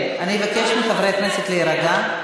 אני מבקשת מחברי הכנסת להירגע.